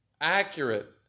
accurate